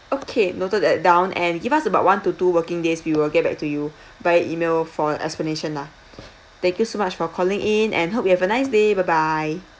okay noted that down and give us about one to two working days we will get back to you via email for an explanation lah thank you so much for calling in and hope you have a nice day bye bye